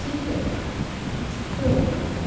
ಚಿತ್ರ ವಿಚಿತ್ರವಾಗಿ